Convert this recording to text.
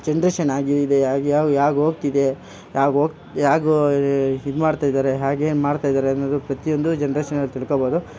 generation ಆಗಿ ಇದೆ ಹೇಗ್ ಯಾವ ಹೇಗ್ ಹೋಗ್ತಿದೆ ಹೇಗ್ ಹೇಗೋ ಇದ್ ಮಾಡ್ತಾ ಇದ್ದಾರೆ ಹ್ಯಾಗೇನು ಮಾಡ್ತಾ ಇದ್ದಾರೆ ಅನ್ನೋದು ಪ್ರತಿಯೊಂದು ಜನ್ರೇಷನಲ್ಲಿ ತಿಳ್ಕೊಬೋದು